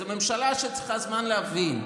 זאת ממשלה שצריכה זמן להבין.